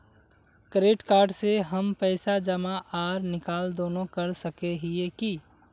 Credit card से हम पैसा जमा आर निकाल दोनों कर सके हिये की?